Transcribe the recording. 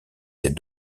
ses